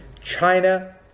China